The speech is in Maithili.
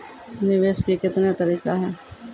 निवेश के कितने तरीका हैं?